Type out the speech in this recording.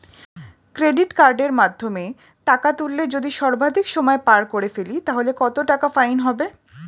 Credit কার্ডের মাধ্যমে টাকা তুললে যদি সর্বাধিক সময় পার করে ফেলি তাহলে কত টাকা ফাইন হবে?